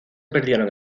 perdieron